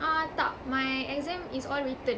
ah tak my exam is all written